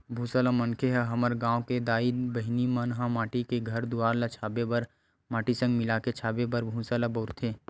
भूसा ल मनखे मन ह हमर गाँव घर के दाई बहिनी मन ह माटी के घर दुवार ल छाबे बर माटी संग मिलाके छाबे बर भूसा ल बउरथे